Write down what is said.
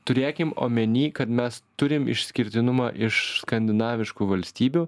turėkim omeny kad mes turim išskirtinumą iš skandinaviškų valstybių